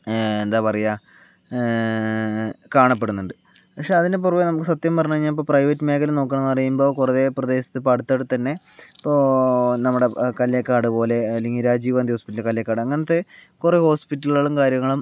എന്താ പറയുക കാണപ്പെടുന്നുണ്ട് പക്ഷെ അതിനു പുറമെ നമുക്ക് സത്യം പറഞ്ഞു കഴിഞ്ഞാൽ ഇപ്പോൾ പ്രൈവറ്റ് മേഖല നോക്കുകയാണെന്നു പറയുമ്പോൾ കുറേ പ്രദേശത്ത് ഇപ്പോൾ അടുത്തടുത്തുതന്നെ ഇപ്പോൾ നമ്മുടെ കല്ലേക്കാട് പോലെ അല്ലെങ്കിൽ രാജീവ് ഗാന്ധി ഹോസ്പിറ്റൽ കല്ലേക്കാട് അങ്ങനെത്തെ കുറേ ഹോസ്പിറ്റലുകളും കാര്യങ്ങളും